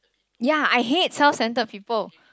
yeah I hate self handle of people